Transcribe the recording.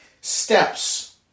steps